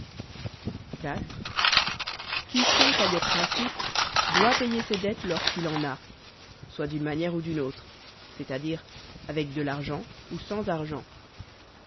iv quiconque a des principes doit payer ses dettes lorsqu'il en a soit d'une manière ou d'une autre c'est-à-dire avec de l'argent ou sans argent